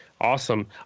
Awesome